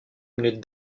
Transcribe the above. minutes